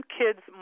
kids